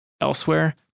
elsewhere